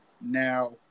Now